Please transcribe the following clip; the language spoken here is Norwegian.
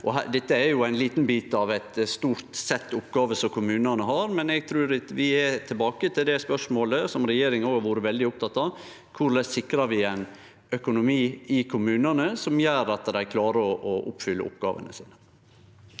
Dette er ein liten bit av eit stort sett oppgåver som kommunane har. Eg trur vi er tilbake til det spørsmålet som regjeringa har vore veldig oppteken av: Korleis sikrar vi ein økonomi i kommunane som gjer at dei klarer å oppfylle oppgåvene sine?